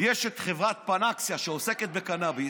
יש את חברת פנאקסיה, שעוסקת בקנביס,